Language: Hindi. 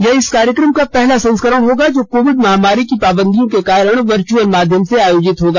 यह इस कार्यक्रम का पहला संस्करण होगा जो कोविड महामारी की पाबंदियों के कारण वर्चुअल माध्यम से आयोजित होगा